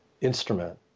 instrument